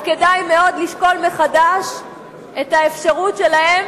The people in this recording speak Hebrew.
כדאי מאוד לשקול מחדש את האפשרות שלהם